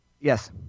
yes